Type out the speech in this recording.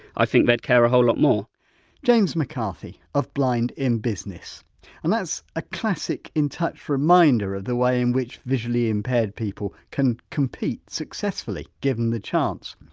i think they'd care a whole lot more james mccarthy of blind in business and that's a classic in touch reminder of the way in which visually impaired people can compete successfully given the chance.